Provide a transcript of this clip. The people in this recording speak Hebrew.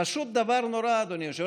פשוט דבר נורא, אדוני היושב-ראש.